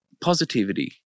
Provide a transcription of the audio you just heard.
Positivity